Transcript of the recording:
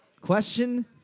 Question